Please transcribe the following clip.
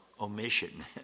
omission